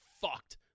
fucked